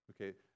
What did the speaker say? okay